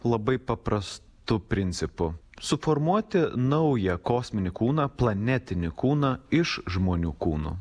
labai paprastu principu suformuoti naują kosminį kūną planetinį kūną iš žmonių kūno